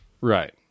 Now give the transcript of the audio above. Right